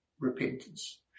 repentance